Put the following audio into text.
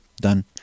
Done